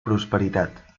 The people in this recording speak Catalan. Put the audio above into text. prosperitat